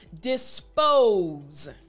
dispose